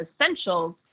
essentials